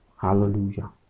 Hallelujah